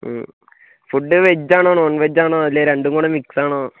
food veg ആണോ non veg ആണോ അല്ലെങ്കിൽ രണ്ടും കൂടെ മിക്സ് ആണോ